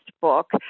book